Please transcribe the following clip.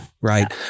right